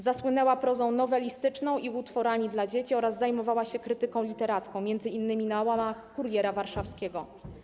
Zasłynęła prozą nowelistyczną i utworami dla dzieci oraz zajmowała się krytyką literacką m.in. na łamach 'Kuriera Warszawskiego'